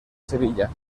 sevilla